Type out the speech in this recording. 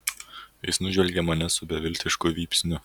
jis nužvelgė mane su beviltišku vypsniu